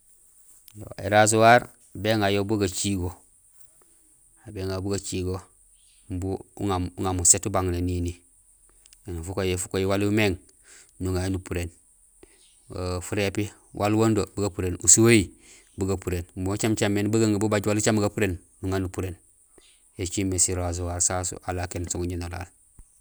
Ē rasoir béŋa yo bu gacigo, aw béŋa yo bu gacigo umbu uŋa muséét ubang nénini, éni fukohi waali umééŋ, nuŋa yo nupuréén, furépi waal wondo bu gapuréén, usuwéhi bugapuréén imbi ucaméén caméén bagungi bubaj waal ucaméén gapuréén nuŋa nupuréén. Yo écimé si rasoir sasu alaal ékéén so guñénolaal.